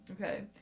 okay